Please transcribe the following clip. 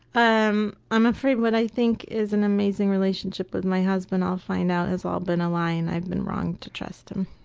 i'm i'm afraid what i think is an amazing relationship with my husband i'll find out has all been a lie and i've been wrong to trust him.